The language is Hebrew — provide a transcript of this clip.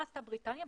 מה עשתה בריטניה?